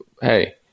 Hey